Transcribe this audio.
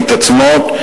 מתעצמות,